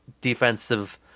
defensive